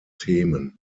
themen